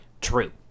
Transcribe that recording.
true